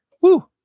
Woo